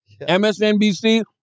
MSNBC